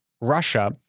Russia